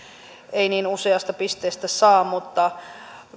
ei niin useasta pisteestä saa mutta